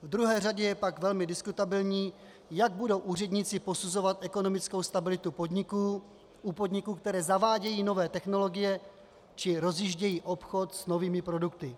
V druhé řadě je pak velmi diskutabilní, jak budou úředníci posuzovat ekonomickou stabilitu u podniků, které zavádějí nové technologie či rozjíždějí obchod s novými produkty.